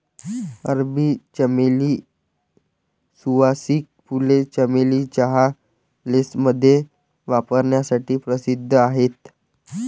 अरबी चमेली, सुवासिक फुले, चमेली चहा, लेसमध्ये वापरण्यासाठी प्रसिद्ध आहेत